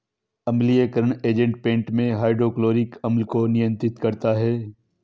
अम्लीयकरण एजेंट पेट में हाइड्रोक्लोरिक अम्ल को नियंत्रित करता है